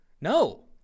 no